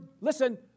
listen